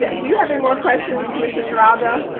do you have any more questions, commissioner geraldo.